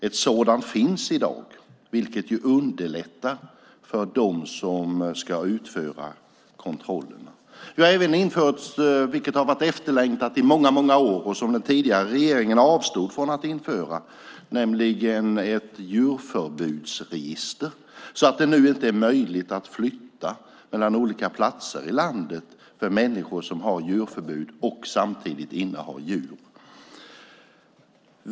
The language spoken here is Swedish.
Ett sådant finns i dag, vilket ju underlättar för dem som ska utföra kontrollerna. Vi har även infört, vilket har varit efterlängtat i många år och som den tidigare regeringen avstod från att införa, ett djurförbudsregister så att det nu inte är möjligt för människor som har djurförbud att flytta mellan olika platser i landet och samtidigt inneha djur.